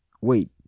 wait